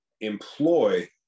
employ